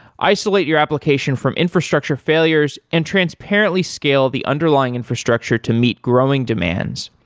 isolate your application from infrastructure failures and transparently scale the underlying infrastructure to meet growing demands,